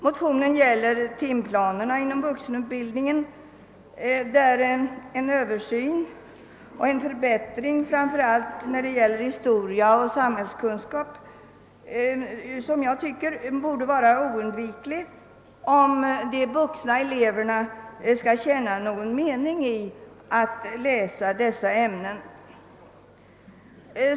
Motionerna gäller timplanerna inom vuxenutbildningen. En översyn och förbättring framför allt när det gäller historia och samhällskunskap anser jag vara oundviklig, om de vuxna eleverna skall finna någon mening i att läsa dessa ämnen.